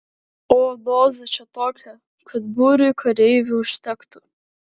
o dozė čia tokia kad būriui kareivių užtektų